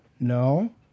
No